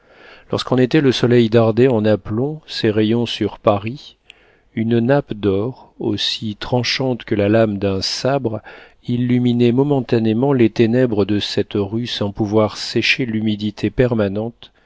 lorsqu'en été le soleil dardait en aplomb ses rayons sur paris une nappe d'or aussi tranchante que la lame d'un sabre illuminait momentanément les ténèbres de cette rue sans pouvoir sécher l'humidité permanente